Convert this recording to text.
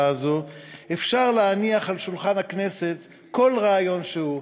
הזאת אפשר להניח על שולחן הכנסת כל רעיון שהוא,